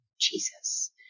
Jesus